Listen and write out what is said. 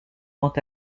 quant